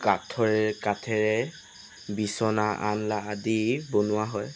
কাঠৰে কাঠেৰে বিচনা আনলা আদি বনোৱা হয়